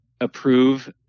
approve